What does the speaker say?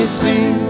see